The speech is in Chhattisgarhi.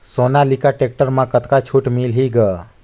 सोनालिका टेक्टर म कतका छूट मिलही ग?